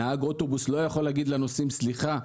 נהג אוטובוס לא יכול להגיד לנוסעים: סליחה,